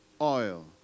Oil